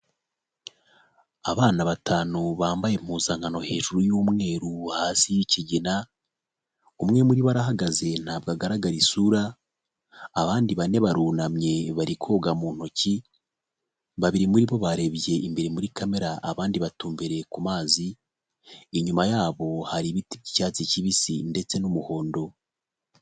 Abana batanu bambaye impuzankano hejuru y'umweru hasi y'ikigina, umwe muri bo arahagaze ntabwo agaragara isura, abandi bane barunamye bari koga mu ntoki, babiri muri bo barebye imbere muri kamera, abandi batumbereye ku mazi, inyuma yabo hari ibiti by'icyatsi kibisi ndetse n'umuhondo.